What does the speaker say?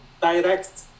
direct